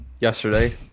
yesterday